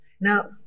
Now